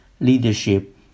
leadership